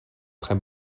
très